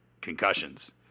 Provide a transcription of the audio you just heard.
concussions